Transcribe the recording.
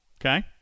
Okay